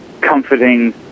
comforting